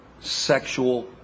sexual